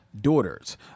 daughters